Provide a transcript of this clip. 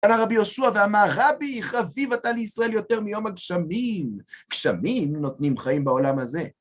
פנה רבי יהושע ואמר, רבי, חביב אתה לישראל יותר מיום הגשמים. גשמים נותנים חיים בעולם הזה.